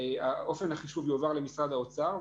אופן החישוב יועבר למשרד האוצר,